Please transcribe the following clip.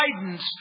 guidance